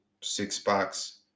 six-packs